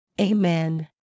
Amen